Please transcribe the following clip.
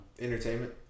Entertainment